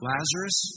Lazarus